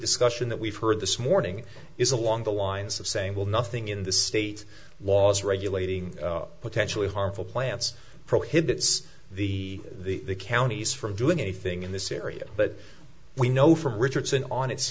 discussion that we've heard this morning is along the lines of saying well nothing in the state laws regulating potentially harmful plants prohibits the the counties from doing anything in this area but we know from richardson on